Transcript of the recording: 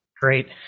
Great